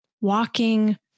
walking